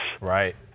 Right